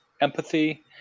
empathy